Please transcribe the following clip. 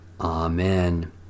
Amen